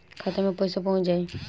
खाता मे पईसा पहुंच जाई